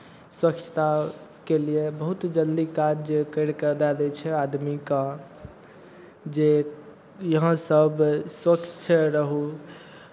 स्वच्छताके लिए बहुत जल्दी काज करि कऽ दए दै छै आदमीकेँ जे यहाँ सभ स्वच्छ रहू